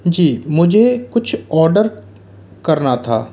जी मुझे कुछ ऑर्डर करना था